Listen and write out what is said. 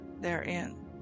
therein